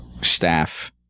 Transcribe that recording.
staff